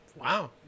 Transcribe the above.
Wow